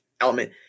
element